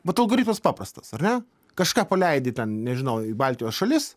vat algoritmas paprastas ar ne kažką paleidi ten nežinau į baltijos šalis